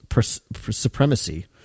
supremacy